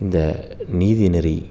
இந்த நீதிநெறி